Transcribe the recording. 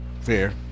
Fair